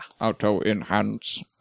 Auto-enhance